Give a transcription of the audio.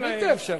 זה בלתי אפשרי.